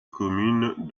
commune